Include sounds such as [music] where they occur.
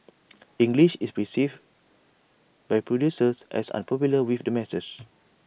[noise] English is perceived by producers as unpopular with the masses